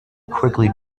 quickly